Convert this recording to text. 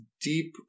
deep